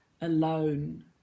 alone